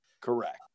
Correct